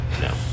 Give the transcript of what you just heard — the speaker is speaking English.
No